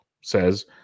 says